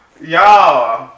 Y'all